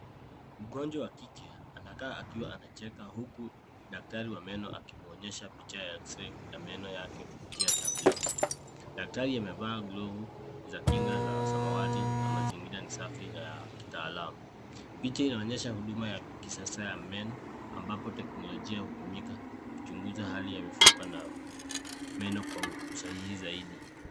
Mngonjwa wa kike anakaa akiwa anacheka huku daktari ya meno akimuonyesha picha ya kiseke ya meno yake kupitia tablet . Daktari amevaa glovu za kinga za samawati mazingira ni safi ya kitaalamu. Picha inaonyesha huduma wa kisasa ya meno ambapo teknolojia hudumika kuchunguza hali ya mfupa meno kwa zaidi.